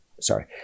Sorry